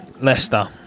Leicester